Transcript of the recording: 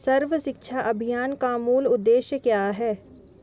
सर्व शिक्षा अभियान का मूल उद्देश्य क्या है?